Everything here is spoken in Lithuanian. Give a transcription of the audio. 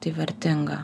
tai vertingą